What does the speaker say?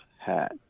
hat